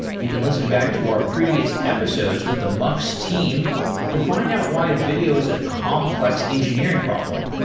you can listen back to our previous episodes with the mux team to find out why video is a complex engineering problem.